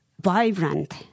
vibrant